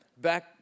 Back